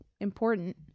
important